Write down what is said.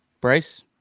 Bryce